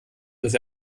dass